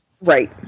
Right